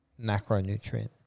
macronutrient